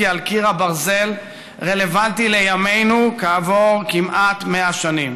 "על קיר הברזל" רלוונטי לימינו כעבור כמעט 100 שנים.